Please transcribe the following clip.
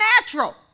natural